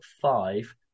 five